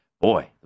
boy